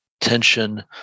tension